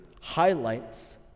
highlights